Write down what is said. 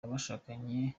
abashakanye